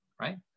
Right